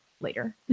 later